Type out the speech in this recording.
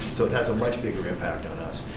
so that's a much bigger impact on us.